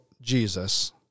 Jesus